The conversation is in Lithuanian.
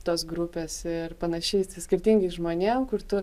tos grupės ir panašiai su skirtingais žmonėm kur tu